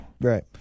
right